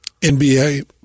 NBA